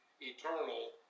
eternal